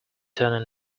turn